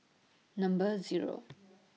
Number Zero